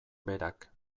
berak